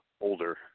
older